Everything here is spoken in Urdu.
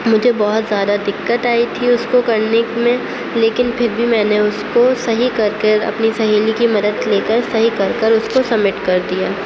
مجھے بہت زیادہ دقت آئی تھی اس کو کرنے میں لیکن پھر بھی میں نے اس کو صحیح کر کے اپنی سہیلی کی مدد لے کر صحیح کر کر اس کو سبمٹ کر دیا